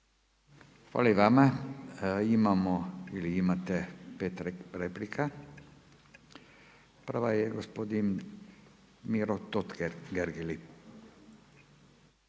Hvala i vama. Imate pet replika. Prva je gospodine Miro Totgergeli.